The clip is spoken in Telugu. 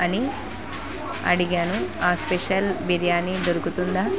అని అడిగాను ఆ స్పెషల్ బిర్యానీ దొరుకుతుందా